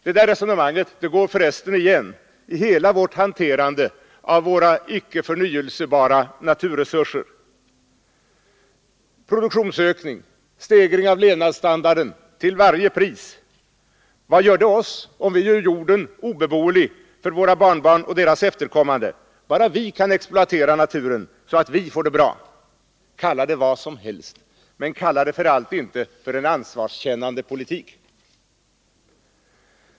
Det går för resten igen i hela vårt hanterande av våra icke-förnybara naturresurser. Produktionsökning, stegring av levnadsstandarden till varje pris — vad rör det oss om vi gör jorden obebolig för våra barnbarn och deras efterkommande, bara vi kan exploatera naturen så att vi får det bra! Kalla det för vad som helst, men kalla det inte för en ansvarskännande politik!